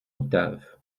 octave